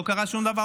לא קרה שום דבר.